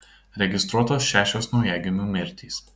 registruotos šešios naujagimių mirtys